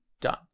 Done